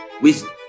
wisdom